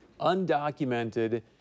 undocumented